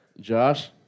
Josh